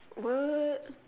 what